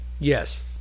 Yes